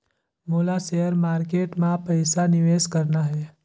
मोला share market मां पइसा निवेश करना हे?